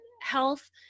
health